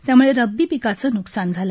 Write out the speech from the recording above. त्यामुळे रब्बी पिकाचं नुकसान झालं